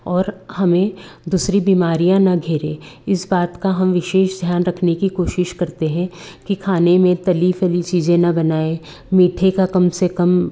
और हमें दूसरी बीमारियाँ न घेरे इस बात का हम विशेष ध्यान रखने की कोशिश करते हैं कि खाने में तली फ़ली चीज़ें न बनाए मीठे का कम से कम